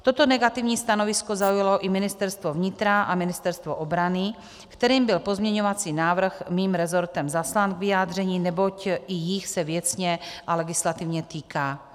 Toto negativní stanovisko zaujalo i Ministerstvo vnitra a Ministerstvo obrany, kterým byl pozměňovací návrh mým rezortem zaslán k vyjádření, neboť i jich se věcně a legislativně týká.